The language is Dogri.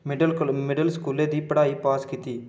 मिडिल कोला मिडिल स्कूलै दी पढ़ाई पास कीती